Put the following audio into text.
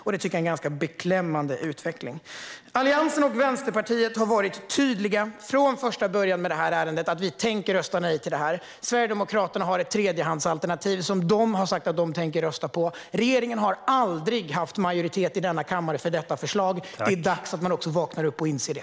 Jag tycker att det är en beklämmande utveckling. Alliansen och Vänsterpartiet har varit tydliga i ärendet från första början. Vi har sagt att vi tänker rösta nej till förslaget. Sverigedemokraterna har ett tredje alternativ, som de har sagt att de tänker rösta på. Regeringen har aldrig haft majoritet här i kammaren för sitt förslag. Det är dags att den vaknar upp och inser det.